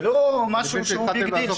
זה לא משהו שהוא ביג